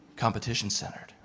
Competition-centered